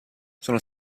sono